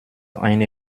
eine